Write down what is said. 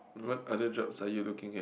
what other jobs are you looking at